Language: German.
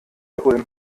ulm